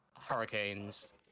hurricanes